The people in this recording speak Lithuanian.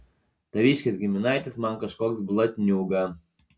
taviškis giminaitis man kažkoks blatniūga